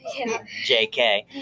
JK